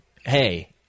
Hey